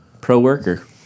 pro-worker